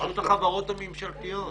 רשות החברות הממשלתית.